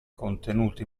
contenuti